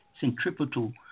centripetal